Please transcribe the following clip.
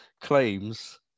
claims